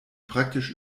praktisch